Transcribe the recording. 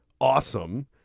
awesome